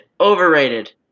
Overrated